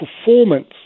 performance